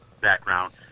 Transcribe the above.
background